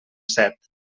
set